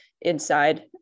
inside